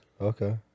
okay